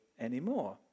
anymore